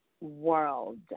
world